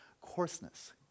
coarseness